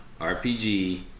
RPG